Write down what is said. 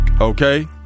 okay